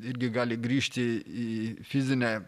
irgi gali grįžti į fizinę